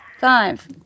Five